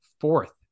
fourth